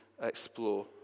explore